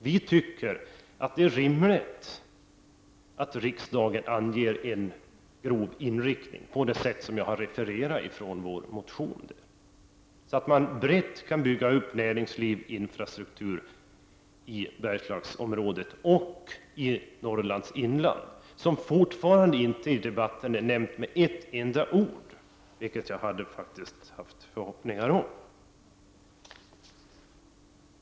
Vi tycker att det är rimligt att riksdagen anger en grov inriktning, på det sätt som anvisas i vår av mig refererade motion. Då kan man brett bygga upp näringsliv och infrastruktur i Bergslagen och även i Norrlands inland, som hittills inte har nämnts med ett enda ord i debatten, vilket jag hade hyst förhoppningar om.